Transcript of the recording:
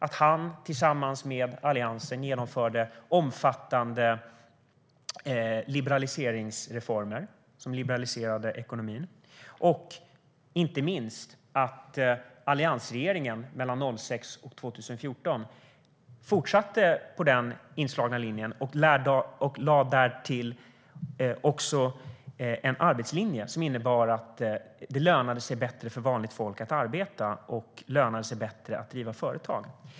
Han genomförde tillsammans med Alliansen omfattande reformer som liberaliserade ekonomin. Inte minst fortsatte alliansregeringen mellan 2006 och 2014 på den inslagna linjen och lade därtill en arbetslinje som innebar att det lönade sig bättre för vanligt folk att arbeta och driva företag.